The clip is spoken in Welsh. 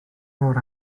mor